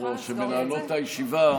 היושב-ראש שמנהלות את הישיבה,